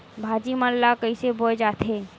भाजी मन ला कइसे बोए जाथे?